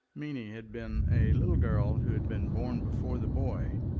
meeny had been a little girl who had been born before the boy,